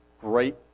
Great